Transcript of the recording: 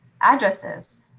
addresses